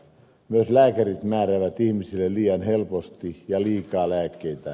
myös lääkärit määräävät ihmisille liian helposti ja liikaa lääkkeitä